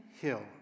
hill